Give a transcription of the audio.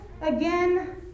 again